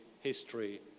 history